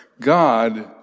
God